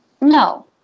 No